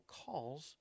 calls